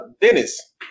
Dennis